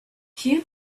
few